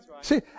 See